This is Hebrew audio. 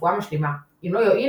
רפואה משלימה - "אם לא יועיל,